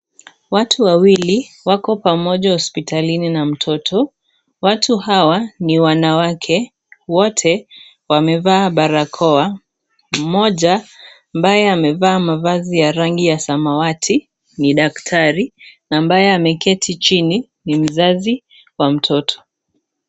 Watu wawili, wako pamoja hospitalini na mtoto. Watu hawa ni wanawake. Wote wamevaa barakoa. Mmoja ambaye amevaa mavazi ya rangi ya samawati, ni daktari na ambaye ameketi chini ni mzazi wa mtoto.